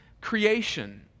creation